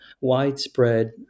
widespread